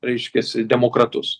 reiškias demokratus